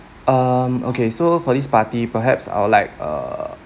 um okay so for this party perhaps I'll like uh